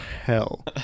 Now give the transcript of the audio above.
hell